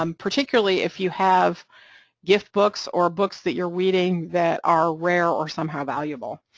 um particularly if you have gift books or books that you're reading that are rare or somehow valuable,